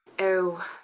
oh,